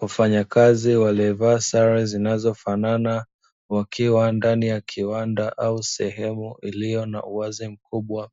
Wafanyakazi waliovaa sare zinazofanana, wakiwa ndani ya kiwanda au sehemu iliyo na uwazi mkubwa;